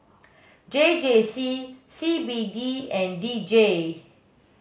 J J C C B D and D J